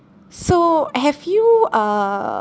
so have you uh